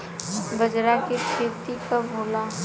बजरा के खेती कब होला?